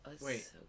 Wait